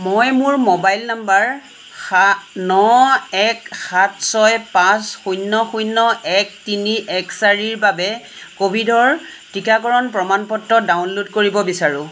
মই মোৰ mobile number সা ন এক সাত ছয় পাঁচ শূন্য শূন্য এক তিনি এক চাৰিৰ বাবে ক'ভিডৰ টিকাকৰণ প্ৰমাণ পত্ৰ ডাউনল'ড কৰিব বিচাৰোঁ